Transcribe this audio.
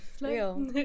Real